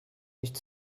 nicht